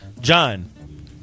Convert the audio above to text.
John